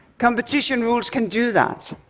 competition rules can do that.